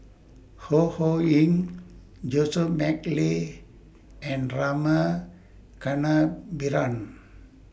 Ho Ho Ying Joseph Mcnally and Rama Kannabiran